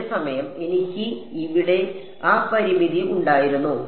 അതേസമയം എനിക്ക് ഇവിടെ ആ പരിമിതി ഉണ്ടായിരുന്നോ